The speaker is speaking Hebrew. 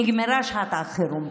נגמרה שעת החירום.